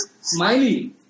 Smiley